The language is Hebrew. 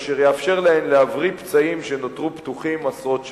אשר יאפשר להן להבריא פצעים שנותרו פתוחים עשרות שנים.